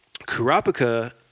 Kurapika